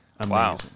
Wow